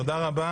תודה רבה